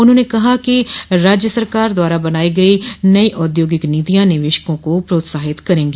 उन्होंने कहा कि राज्य सरकार द्वारा बनाई गई नई औद्योगिक नीतियां निवशकों को प्रोत्साहित करेंगी